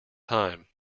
time